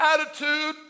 attitude